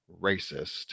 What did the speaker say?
racist